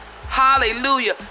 hallelujah